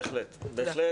בהחלט.